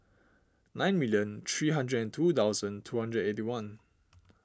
nine million three hundred and two thousand two hundred eight one